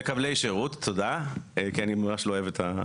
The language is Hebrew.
מקבלי שירות, תודה, כי אני ממש לא אוהב את זה.